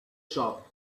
shop